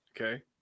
okay